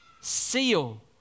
seal